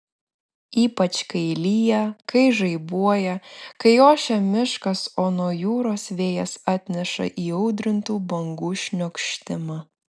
ypač kai lyja kai žaibuoja kai ošia miškas o nuo jūros vėjas atneša įaudrintų bangų šniokštimą